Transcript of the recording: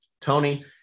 Tony